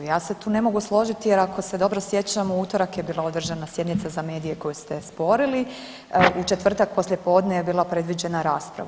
Ja se tu ne mogu složiti jer ako se dobro sjećam u utorak je bila održana sjednica za medije koju ste sporili, u četvrtak poslije podne je bila predviđena rasprava.